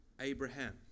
Abraham